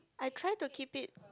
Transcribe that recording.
I try to keep it